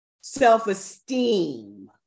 Self-esteem